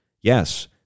Yes